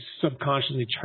subconsciously